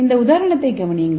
இந்த உதாரணத்தைக் கவனியுங்கள்